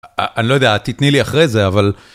אני לא יודע, תתני לי אחרי זה, אבל...